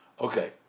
Okay